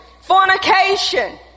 fornication